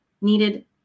needed